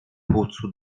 płucu